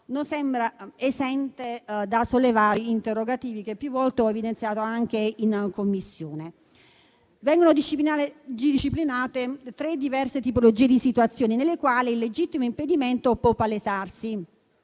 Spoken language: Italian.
non sembra esente da sollevare interrogativi, che più volte ho evidenziato anche in Commissione. Vengono disciplinate tre diverse tipologie di situazioni nelle quali il legittimo impedimento può palesarsi.